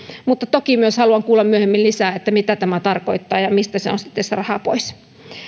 mutta toki myös haluan kuulla myöhemmin lisää mitä tämä tarkoittaa ja ja mistä on sitten se raha pois